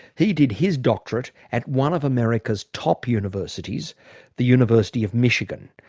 he did his doctorate at one of america's top universities the university of michigan,